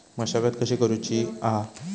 मशागत कशी करूची हा?